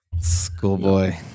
schoolboy